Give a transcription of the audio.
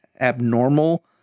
abnormal